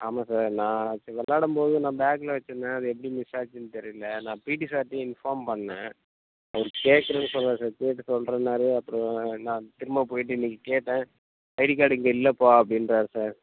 ஆமாம் சார் நான் சரி விளாடம் போது நான் பேக்கில் வைச்சிருந்தேன் அது எப்படி மிஸ் ஆச்சுன்னு தெரியல நான் பீட்டி சார்கிட்டையும் இன்ஃபார்ம் பண்ணிணேன் அவர் கேட்குறேன்னு சொன்னாரு சார் கேட்டு சொல்கிறேன்னாரு அப்புறம் நான் திரும்ப போயிட்டு இன்றைக்கு கேட்டேன் ஐடி கார்டு இங்கே இல்லைப்பா அப்படின்றாரு சார்